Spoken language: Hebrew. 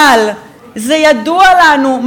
אבל זה ידוע לנו,